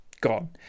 gone